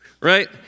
right